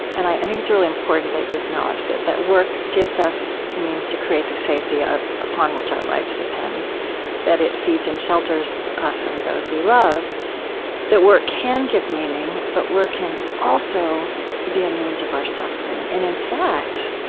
and i think it's really important that you acknowledge that that work gives us means to create the safety ah upon which our lives depend that it feeds and shelters us and those we love that work can give meaning, but work can also be a means of our suffering. and in fact,